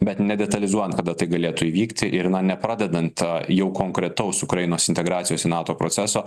bet nedetalizuojant kada tai galėtų įvykti ir nepradedant jau konkretaus ukrainos integracijos į nato proceso